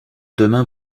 demain